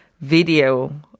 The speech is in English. video